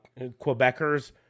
Quebecers